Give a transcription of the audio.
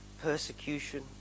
persecution